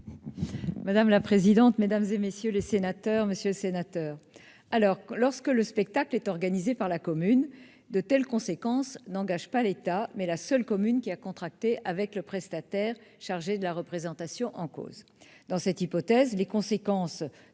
? La parole est à Mme la ministre déléguée. Monsieur le sénateur Détraigne, lorsque le spectacle est organisé par la commune, de telles conséquences n'engagent pas l'État, mais la seule commune ayant contracté avec le prestataire chargé de la représentation en cause. Dans cette hypothèse, les conséquences